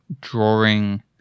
drawing